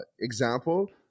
example